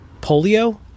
polio